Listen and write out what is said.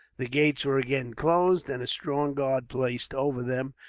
the gates were again closed, and a strong guard placed over them,